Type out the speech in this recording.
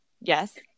Yes